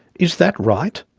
is that right?